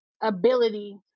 ability